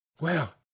Well